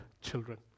children